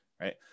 right